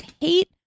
hate